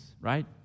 Right